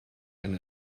and